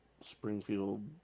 Springfield